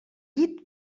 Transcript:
llit